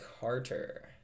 Carter